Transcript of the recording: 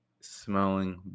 smelling